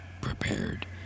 prepared